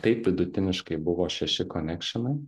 taip vidutiniškai buvo šeši konekšinai